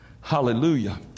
Hallelujah